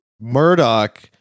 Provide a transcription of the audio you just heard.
Murdoch